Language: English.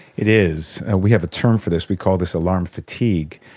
it is. we have a term for this, we call this alarm fatigue.